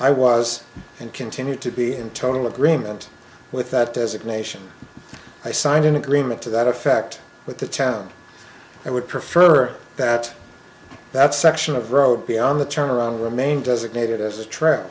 i was and continue to be in total agreement with that designation i signed an agreement to that effect with the town i would prefer that that section of road be on the turn around remain designated as a tr